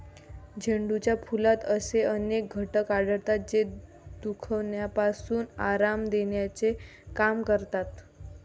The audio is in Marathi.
झेंडूच्या फुलात असे अनेक घटक आढळतात, जे दुखण्यापासून आराम देण्याचे काम करतात